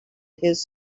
his